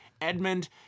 Edmund